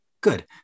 good